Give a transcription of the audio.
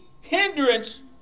hindrance